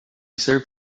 served